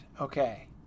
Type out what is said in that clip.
Okay